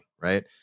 right